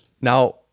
Now